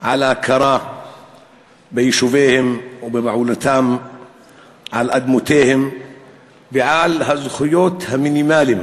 על ההכרה ביישוביהם או בבעלותם על אדמותיהם ועל הזכויות המינימליות